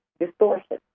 distortion